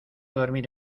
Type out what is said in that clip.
dormir